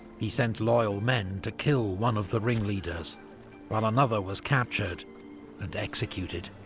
he sent loyal men to kill one of the ringleaders while another was captured and executed.